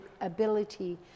ability